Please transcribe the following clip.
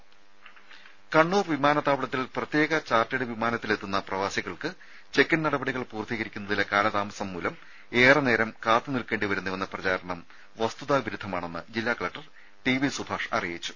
രുര കണ്ണൂർ വിമാനത്താവളത്തിൽ പ്രത്യേക ചാർട്ടേർഡ് വിമാനത്തിലെത്തുന്ന പ്രവാസികൾക്ക് ചെക്ക് ഇൻ നടപടികൾ പൂർത്തീകരിക്കുന്നതിലെ കാലതാമസം മൂലം ഏറെനേരം കാത്തു നിൽക്കേണ്ടിവരുന്നുവെന്ന പ്രചാരണം വസ്തുതാവിരുദ്ധമാണെന്ന് ജില്ലാ കളക്ടർ ടിവി സുഭാഷ് അറിയിച്ചു